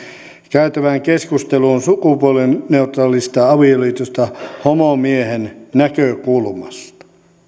käytävään keskusteluun sukupuolineutraalista avioliitosta homomiehen näkökulmasta